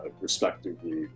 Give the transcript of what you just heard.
respectively